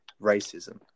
racism